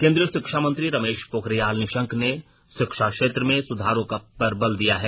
केंद्रीय शिक्षा मंत्री रमेश पोखरियाल निशंक ने शिक्षा क्षेत्र में सुधारों पर बल दिया है